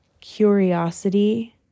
Curiosity